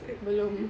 belum